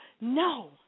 No